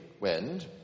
wind